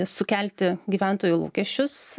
sukelti gyventojų lūkesčius